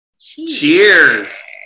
Cheers